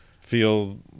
feel